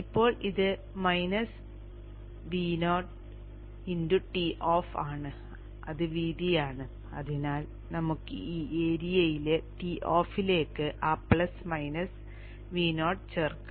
ഇപ്പോൾ ഇത് minus Vo Toff ആണ് അത് വീതിയാണ് അതിനാൽ നമുക്ക് ഈ ഏരിയയിലെ Toffലേക്ക് ആ പ്ലസ് മൈനസ് Vo ചേർക്കാം